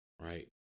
right